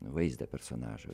vaizdą personažo